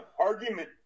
argument